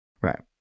Right